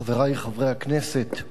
חברי חברי הכנסת,